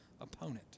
opponent